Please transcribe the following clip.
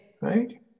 Right